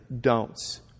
don'ts